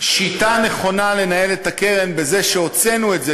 שיטה נכונה לניהול הקרן בזה שהוצאנו אותה,